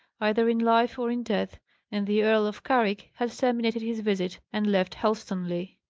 either in life or in death and the earl of carrick had terminated his visit, and left helstonleigh.